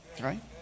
Right